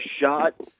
shot